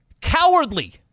Cowardly